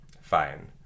Fine